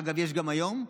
אגב, יש גם היום,